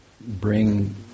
bring